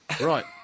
Right